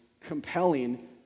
compelling